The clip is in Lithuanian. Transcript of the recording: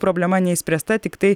problema neišspręsta tiktai